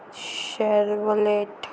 Chevrolet